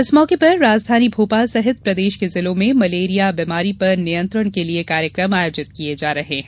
इस मौके पर राजधानी भोपाल सहित प्रदेश के जिलों में मलेरिया बीमारी पर नियंत्रण के लिए कार्यक्रम आयोजित किये जा रहे हैं